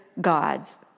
gods